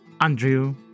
Andrew